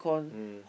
mm